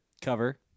Cover